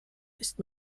ist